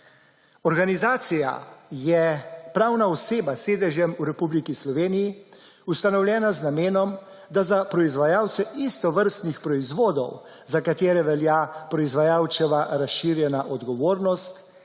Organizacija je pravna oseba s sedežem v Republiki Sloveniji, ustanovljena z namenom, da za proizvajalce istovrstnih proizvodov, za katere velja proizvajalčeva razširjena odgovornost,